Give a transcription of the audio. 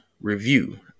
review